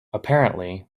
apparently